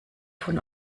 von